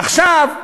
עכשיו,